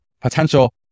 potential